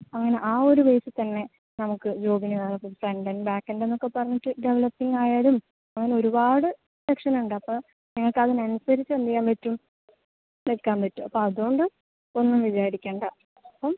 അങ്ങനെ ആ ഒര് ബേസിൽ തന്നെ നമുക്ക് ജോബിന് അതൊക്കെ ഫ്രണ്ട് എൻഡ് ബാക്ക് എൻഡെന്നൊക്കെ പറഞ്ഞിട്ട് ഡെവലപ്പിങ്ങ് ആയാലും അങ്ങനൊരുപാട് സെക്ഷനുണ്ട് അപ്പം നിങ്ങക്കതിനനുസരിച്ച് എന്ത് ചെയ്യാൻ പറ്റും നിക്കാൻ പറ്റും അപ്പം അതുകൊണ്ട് ഒന്നും വിചാരിക്കണ്ട അപ്പം